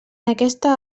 aquesta